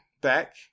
back